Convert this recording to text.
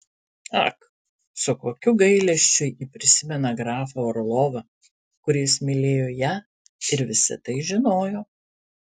ak su kokiu gailesčiu ji prisimena grafą orlovą kuris mylėjo ją ir visi tai žinojo